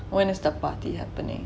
when is the party happening